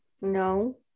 No